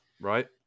right